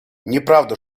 неправда